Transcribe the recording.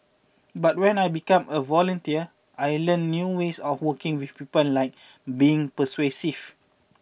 but when I became a volunteer I learnt new ways of working with people like being persuasive